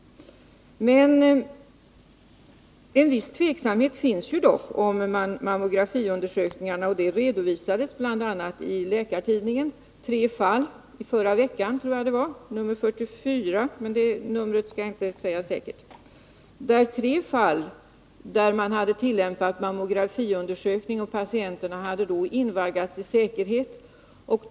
En viss tveksamhet om mammografiundersökningarna finns dock. Detta redovisades bl.a. i tre fall i Läkartidningen i förra veckan — nr 44, tror jag det var, men att det var just det numret kan jag inte säga säkert. I de tre fallen hade patienterna efter mammografiundersökning invaggats i säkerhet.